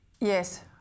Yes